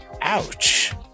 ouch